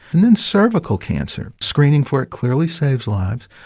and in cervical cancer screening for it clearly saves lives.